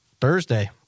Thursday